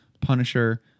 Punisher